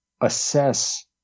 assess